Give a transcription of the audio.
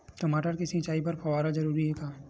टमाटर के सिंचाई बर फव्वारा जरूरी हे का?